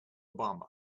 obama